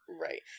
Right